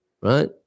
right